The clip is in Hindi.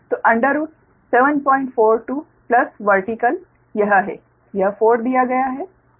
तो अंडर रूट 742 प्लस वर्टिकल यह है यह 4 दिया गया है